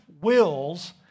wills